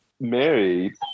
married